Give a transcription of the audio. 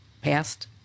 passed